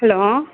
hello